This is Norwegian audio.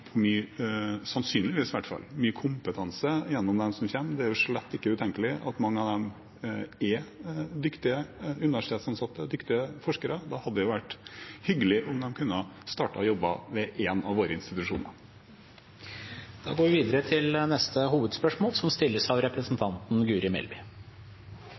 mye kompetanse gjennom dem som kommer. Det er slett ikke utenkelig at mange av dem er dyktige universitetsansatte og dyktige forskere. Da hadde det jo vært hyggelig om de kunne ha startet å jobbe ved en av våre institusjoner. Da går vi videre til neste hovedspørsmål.